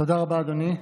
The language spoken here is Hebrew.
תודה רבה, אדוני.